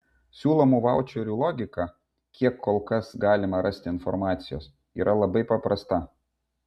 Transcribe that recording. siūlomų vaučerių logika kiek kol kas galima rasti informacijos yra labai paprasta